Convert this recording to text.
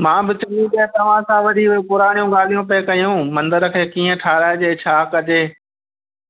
मां बि चङी तरहि तव्हां सां वरी पुराणी ॻाल्हियूं पिए कयूं मंदर खे कीअं ठहिराइजे छा कजे